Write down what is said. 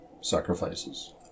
sacrifices